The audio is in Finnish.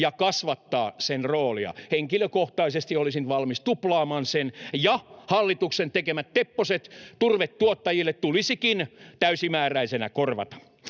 ja kasvattaa sen roolia. Henkilökohtaisesti olisin valmis tuplaamaan sen, ja hallituksen tekemät tepposet turvetuottajille tulisikin täysimääräisenä korvata.